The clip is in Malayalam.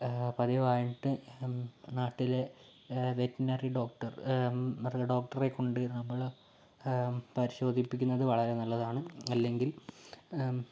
പതിവായിട്ട് നാട്ടിലെ വെറ്റിനറി ഡോക്ടർ മൃഗ ഡോക്ടറെക്കൊണ്ട് നമ്മൾ പരിശോധിപ്പിക്കുന്നത് വളരെ നല്ലതാണ് അല്ലെങ്കിൽ